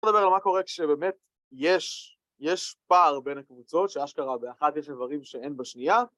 נדבר על מה קורה כשבאמת יש פער בין הקבוצות, שאשכרה באחד יש אברים שאין בשנייה